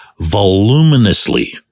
voluminously